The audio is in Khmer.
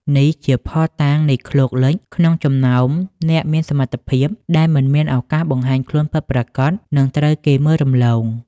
នេះជាភស្តុតាងនៃ "ឃ្លោកលិច" ក្នុងចំណោមអ្នកមានសមត្ថភាព ដែលមិនមានឱកាសបង្ហាញខ្លួនពិតប្រាកដ និងត្រូវគេមើលរំលង។